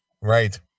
Right